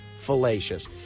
fallacious